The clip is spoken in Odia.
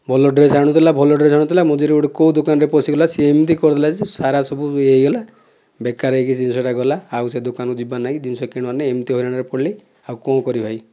ଭଲ ଡ୍ରେସ୍ ଆଣୁଥିଲା ଭଲ ଡ୍ରେସ୍ ଆଣୁଥିଲା ମଝିରେ ଗୋଟିଏ କେଉଁ ଦୋକାନରେ ପଶିଗଲା ସେ ଏମିତି କରିଦେଲା ଯେ ସାରା ସବୁ ଏ ହୋଇଗଲା ବେକାର ହୋଇକି ସେ ଜିନିଷଟା ଗଲା ଆଉ ସେ ଦୋକାନକୁ ଯିବାର ନାହିଁକି ଜିନିଷ କିଣିବାର ନାହିଁ ଏମିତି ହଇରାଣରେ ପଡ଼ିଲି ଆଉ କ'ଣ କରିବି ଭାଇ